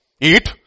eat